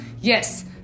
yes